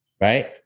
right